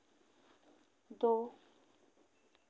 दो